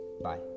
Bye